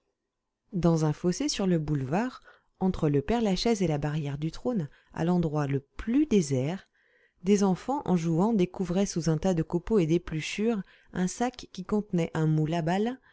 dans un fossé sur le boulevard entre le père-lachaise et la barrière du trône à l'endroit le plus désert des enfants en jouant découvraient sous un tas de copeaux et d'épluchures un sac qui contenait un moule à balles